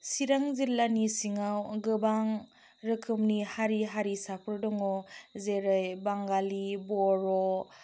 सिरां जिल्लानि सिङा गोबां रोखोमनि हारि हारिसाफोर दङ जेरै बांगालि बर'